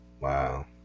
Wow